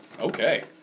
okay